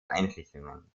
einrichtungen